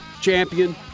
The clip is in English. champion